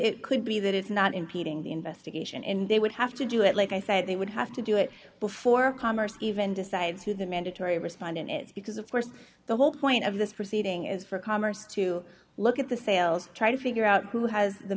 it could be that it's not impeding the investigation and they would have to do it like i said they would have to do it before commerce even decides who the mandatory respondent is because of course the whole point of this proceeding is for commerce to look at the sales try to figure out who has the